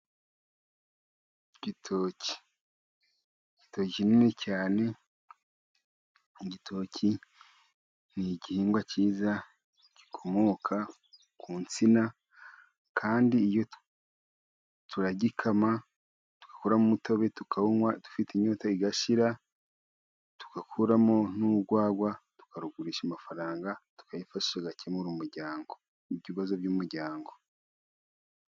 Igitoki kinini cyane, igitoki ni igihingwa cyiza gikomoka ku nsina, kandi turagikama tugakuramo umutobe tukawunywa dufite inyota igashira, tugakuramo n'urwagwa, tukarugurisha amafaranga tukayifashisha tugakemura ibibazo by'umuryango.